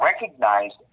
recognized